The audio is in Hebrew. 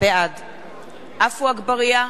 בעד עפו אגבאריה,